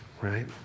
right